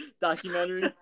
documentary